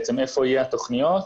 היכן יהיו התכניות,